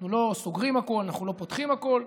אנחנו לא סוגרים הכול, אנחנו לא פותחים הכול.